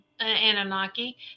Anunnaki